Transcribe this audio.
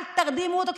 אל תרדימו אותו,